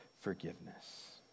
forgiveness